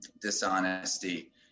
dishonesty